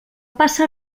passa